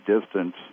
distance